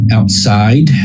Outside